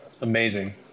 Amazing